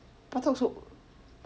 batok so